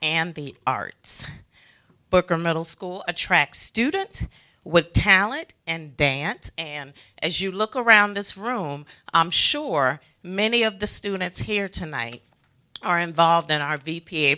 and the arts booker middle school a track student with talent and dant am as you look around this room i'm sure many of the students here tonight are involved in our v p a